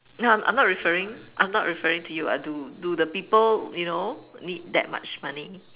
no I'm not referring I'm not referring to you ah do do the people you know need that much money